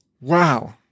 wow